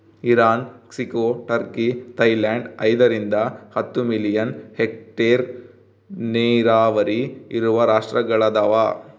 Iran ಕ್ಸಿಕೊ Turkey Thailand ಐದರಿಂದ ಹತ್ತು ಮಿಲಿಯನ್ ಹೆಕ್ಟೇರ್ ನೀರಾವರಿ ಇರುವ ರಾಷ್ಟ್ರಗಳದವ